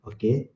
Okay